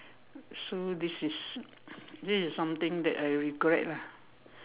so this is this is something that I regret lah